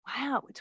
Wow